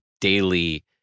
daily